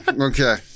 okay